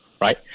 Right